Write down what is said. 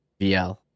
VL